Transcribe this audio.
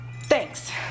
Thanks